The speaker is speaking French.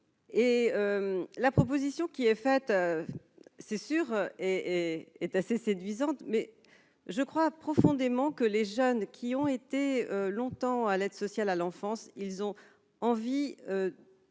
et la proposition qui est faite, c'est sûr, et est assez séduisante, mais je crois profondément que les jeunes qui ont été longtemps à l'aide sociale à l'enfance, ils ont envie